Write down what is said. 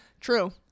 true